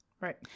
Right